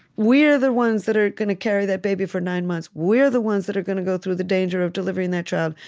the ones that are going to carry that baby for nine months. we're the ones that are going to go through the danger of delivering that child.